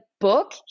book